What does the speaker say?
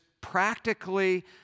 practically